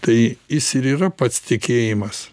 tai jis ir yra pats tikėjimas